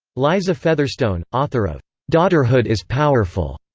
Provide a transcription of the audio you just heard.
liza featherstone, author of daughterhood is powerful,